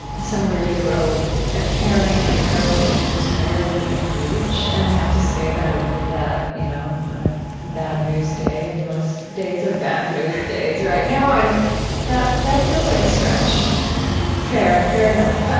somewhere, you wrote, a caring america is entirely in reach. and i have to say that i read that you know on a bad news day and most days are bad news days right now and that that feels like a stretch fair. fair enough. but